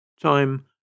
Time